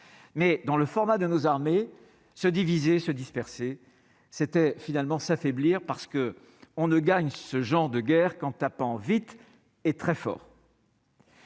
mais dans le format de nos armées se diviser, se disperser, c'était finalement s'affaiblir parce que on ne gagne ce genre de guerre quand tapant vite et très fort.